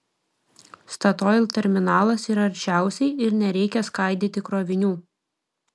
statoil terminalas yra arčiausiai ir nereikia skaidyti krovinių